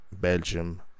Belgium